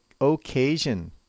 occasion